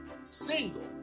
single